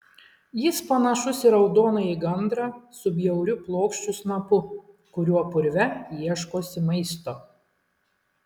jis panašus į raudonąjį gandrą su bjauriu plokščiu snapu kuriuo purve ieškosi maisto